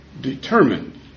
determined